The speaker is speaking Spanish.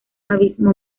abismo